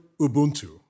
Ubuntu